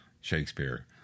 Shakespeare